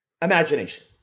imagination